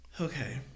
Okay